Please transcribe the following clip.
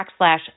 backslash